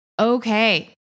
Okay